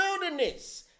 wilderness